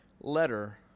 letter